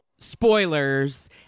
spoilers